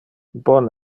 bon